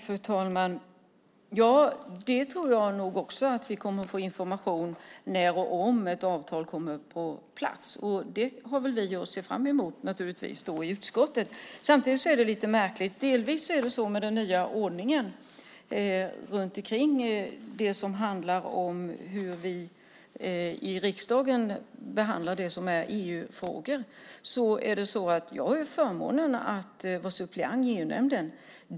Fru talman! Det tror jag också; vi får information när och om ett avtal kommer på plats. Det har vi att se fram emot i utskottet. Samtidigt är det lite märkligt med den nya ordningen för hur vi i riksdagen behandlar EU-frågor. Jag har förmånen att vara suppleant i EU-nämnden.